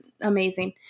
amazing